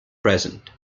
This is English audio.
present